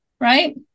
Right